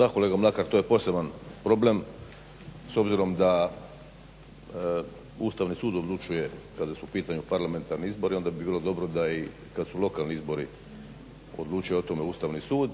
Da kolega Mlakar, to je poseban problem s obzirom da Ustavni sud odlučuje kada su u pitanju parlamentarni izbori, onda bi bilo dobro da kad su lokalni izbori odlučuje o tome Ustavni sud,